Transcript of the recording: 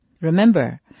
Remember